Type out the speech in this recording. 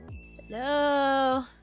Hello